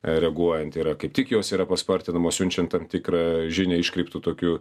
reaguojant yra kaip tik jos yra paspartindamos siunčiant tam tikrą žinią iškreiptu tokiu